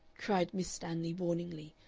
cried miss stanley, warningly,